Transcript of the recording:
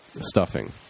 stuffing